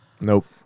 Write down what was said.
Nope